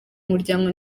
umuryango